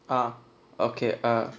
ah okay err